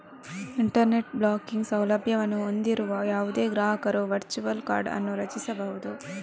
internet banking ಸೌಲಭ್ಯವನ್ನು ಹೊಂದಿರುವ ಯಾವುದೇ ಗ್ರಾಹಕರು ವರ್ಚುವಲ್ ಕಾರ್ಡ್ ಅನ್ನು ರಚಿಸಬಹುದು